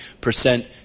percent